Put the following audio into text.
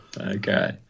Okay